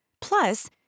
Plus